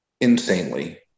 insanely